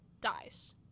dies